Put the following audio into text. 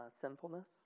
sinfulness